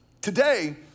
today